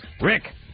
Rick